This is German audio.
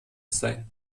sein